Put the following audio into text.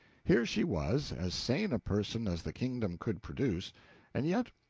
here she was, as sane a person as the kingdom could produce and yet,